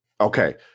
okay